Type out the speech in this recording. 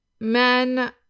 Men